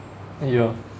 ya